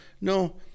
no